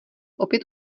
opět